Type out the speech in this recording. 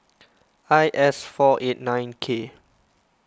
I S four eight nine K